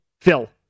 Phil